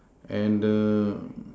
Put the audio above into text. and the